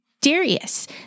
Darius